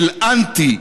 של אנטי,